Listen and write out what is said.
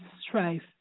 strife